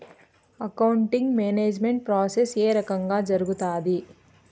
accounting management process ఏ రకంగా జరుగుతాది